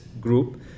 Group